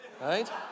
right